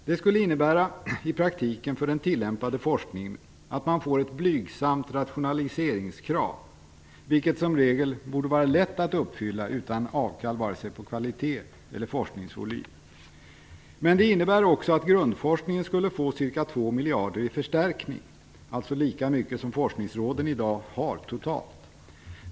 Det skulle innebära i praktiken att den tillämpade forskningen får ett blygsamt rationaliseringskrav, vilket som regel borde vara lätt att uppfylla utan avkall på vare sig kvalitet eller forskningsvolym. Men det innebär också att grundforskningen skulle få ca 2 miljarder i förstärkning, alltså lika mycket som forskningsråden i dag har totalt.